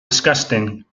disgusting